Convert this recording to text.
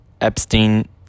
Epstein